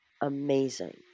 amazing